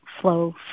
flow